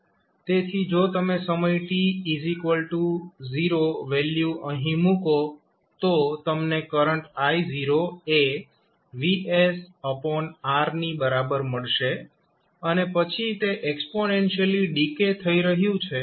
તેથી જો તમે સમય t 0 વેલ્યુ અહીં મુકો તો તમને કરંટ I0 એ VsR ની બરાબર મળશે અને પછી તે એક્સ્પોનેંશિયલિ ડીકે થઈ રહ્યું છે